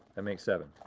and makes seven.